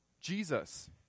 Jesus